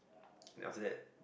then after that